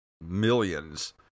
millions